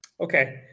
Okay